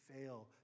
fail